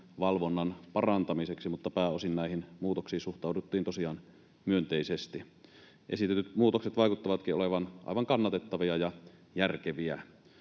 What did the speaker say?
valvonnan parantamiseksi, mutta pääosin näihin muutoksiin suhtauduttiin tosiaan myönteisesti. Esitetyt muutokset vaikuttavatkin olevan aivan kannatettavia ja järkeviä.